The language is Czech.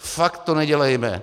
Fakt to nedělejme.